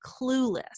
clueless